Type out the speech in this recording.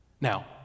Now